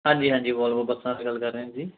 ਹਾਂਜੀ ਹਾਂਜੀ ਵੋਲਵੋ ਬੱਸਾਂ ਦੀ ਗੱਲ ਕਰ ਰਹੇ ਹਾਂ ਜੀ